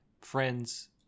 friends